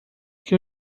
que